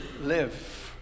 live